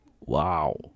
wow